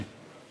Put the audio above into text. כן.